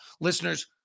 listeners